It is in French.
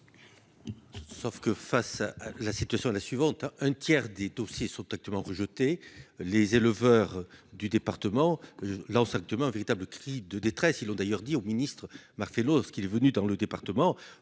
Sauf que face à la situation est la suivante, un tiers des dossiers sont actuellement rejetées. Les éleveurs du département. La hausse actuellement, un véritable cri de détresse. Ils l'ont d'ailleurs dit au ministre Marcello ce qu'il est venu dans le département